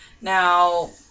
Now